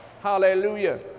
Hallelujah